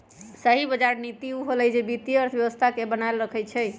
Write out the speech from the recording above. सही बजार नीति उ होअलई जे वित्तीय अर्थव्यवस्था के बनाएल रखई छई